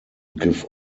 give